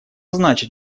значит